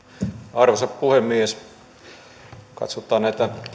arvoisa puhemies kun katsotaan näitä